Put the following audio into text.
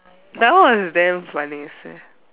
that one was damn funniest eh